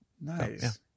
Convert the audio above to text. Nice